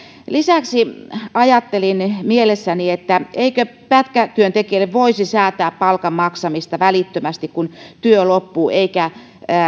lisäksi ajattelin mielessäni eikö pätkätyöntekijöille voisi säätää palkan maksamisen välittömästi kun työ loppuu eikä